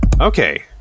Okay